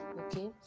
okay